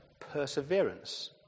perseverance